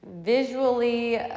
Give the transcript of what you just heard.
visually